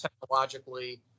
technologically